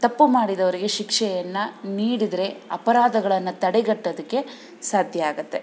ತಪ್ಪು ಮಾಡಿದವರಿಗೆ ಶಿಕ್ಷೆಯನ್ನು ನೀಡಿದರೆ ಅಪರಾಧಗಳನ್ನ ತಡೆಗಟ್ಟೋದಕ್ಕೆ ಸಾಧ್ಯ ಆಗುತ್ತೆ